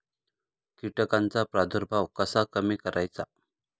कीटकांचा प्रादुर्भाव कसा कमी करायचा?